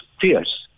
fierce